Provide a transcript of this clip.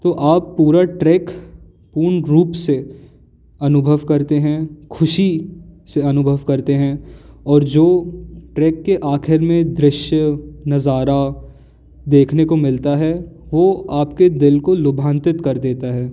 तो आप पूरा ट्रैक पूर्ण रूप से अनुभव करते हैं ख़ुशी से अनुभव करते हैं और जो ट्रैक के आख़िर में दृश्य नज़ारा देखने को मिलता है वो आपके दिल को लुभांतित कर देता है